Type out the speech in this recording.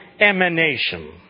Emanation